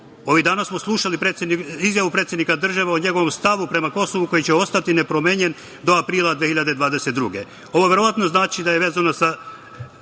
dana smo slušali izjavu predsednika države, o njegovom stavu prema Kosovu, koji će ostati nepromenjen do aprila 2022. godine. Ovo verovatno znači da je vezano za